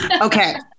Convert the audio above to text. Okay